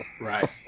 Right